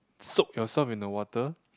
soak yourself in the water